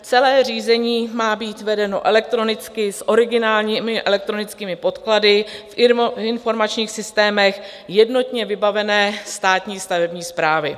Celé řízení má být vedeno elektronicky, s originálními elektronickými podklady v informačních systémech jednotně vybavené státní stavební správy.